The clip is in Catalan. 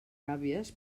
gàbies